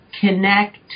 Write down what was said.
connect